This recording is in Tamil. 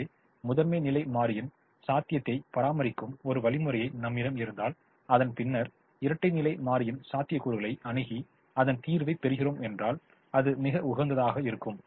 ஆகவே முதன்மை நிலை மாறியின் சாத்தியத்தை பராமரிக்கும் ஒரு வழிமுறை நம்மிடம் இருந்தால் அதன் பின்னர் இரட்டை நிலை மாறியின் சாத்தியக்கூறுகளை அணுகி அதன் தீர்வை பெறுகிறது என்றால் அது மிக உகந்ததாகும்